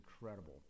incredible